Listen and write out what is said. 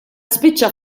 spiċċa